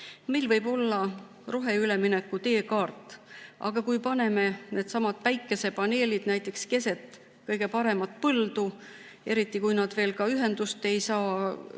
Meil võib olla roheülemineku teekaart, aga kui paneme needsamad päikesepaneelid näiteks keset kõige paremat põldu, eriti kui need ei saa